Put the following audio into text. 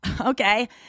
okay